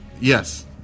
Yes